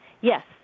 Yes